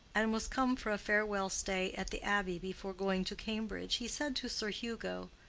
and was come for a farewell stay at the abbey before going to cambridge, he said to sir hugo,